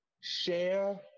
Share